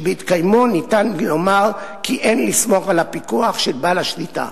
שבהתקיימו ניתן לומר כי אין לסמוך על הפיקוח של בעל השליטה.